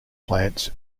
plants